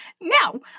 Now